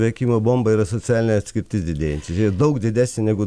veikimo bomba yra socialinė atskirtis didėjanti ir ji daug didesnė negu